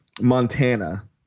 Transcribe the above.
Montana